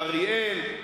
באריאל,